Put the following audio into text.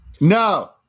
No